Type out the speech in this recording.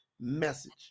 message